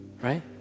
Right